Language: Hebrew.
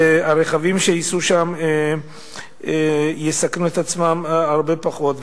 והרכבים שייסעו שם יסכנו את עצמם הרבה פחות.